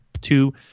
two